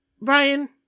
Brian